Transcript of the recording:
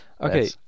Okay